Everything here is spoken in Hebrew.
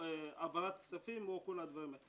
להעברת כספים וכל הדברים האלה.